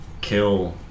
kill